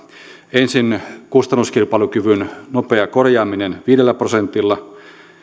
ensin kustannuskilpailukyvyn nopea korjaaminen viidellä prosentilla